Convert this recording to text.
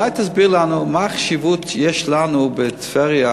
אולי תסביר לנו מה החשיבות שיש לנו בטבריה,